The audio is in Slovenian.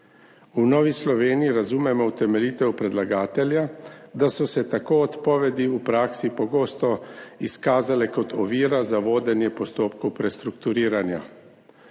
V Novi Sloveniji razumemo utemeljitev predlagatelja, da so se tako odpovedi v praksi pogosto izkazale kot ovira za vodenje postopkov prestrukturiranja.